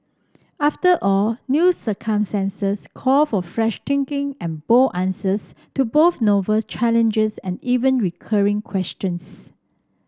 after all new circumstances call for fresh thinking and bold answers to both novel challenges and even recurring questions